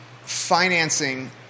financing